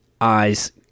eyes